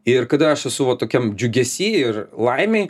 ir kada aš esu va tokiam džiugesy ir laimėj